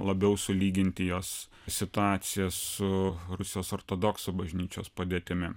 labiau sulyginti jos situacija su rusijos ortodoksų bažnyčios padėtimi